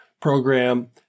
program